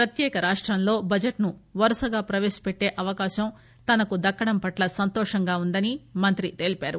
ప్రత్యేక రాష్టంలో బడ్జెట్ను వరుసగా ప్రపేశపెట్టే అవకాశం తనకు దక్కడం పట్ల సంతోషంగా ఉందని మంత్రి తెలిపారు